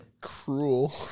cruel